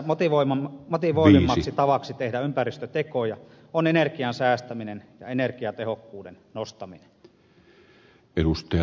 tässä motivoivammaksi tavaksi tehdä ympäristötekoja on saatava energian säästäminen ja energiatehokkuuden nostaminen